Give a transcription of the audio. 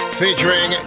featuring